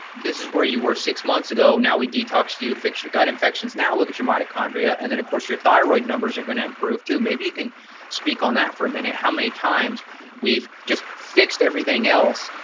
this is where you were six months ago and now we detox you, fix your gut infections, now look at your mitochondria, and then of course your thyroid numbers are gonna improve too. maybe you can speak on that for a minute. how many times we've just fixed everything else,